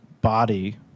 body